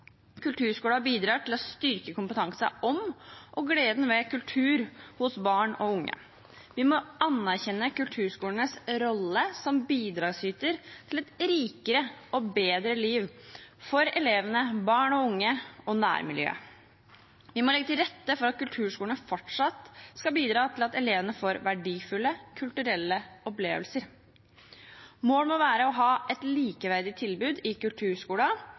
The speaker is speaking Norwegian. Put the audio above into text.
Kulturskolen bidrar til å styrke kompetansen om og gleden ved kultur hos barn og unge. Vi må anerkjenne kulturskolenes rolle som bidragsyter til et rikere og bedre liv for elevene, barn og unge og nærmiljøet. Vi må legge til rette for at kulturskolene fortsatt skal bidra til at elevene får verdifulle kulturelle opplevelser. Målet må være å ha et likeverdig tilbud av god kvalitet i kulturskolen,